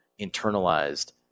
internalized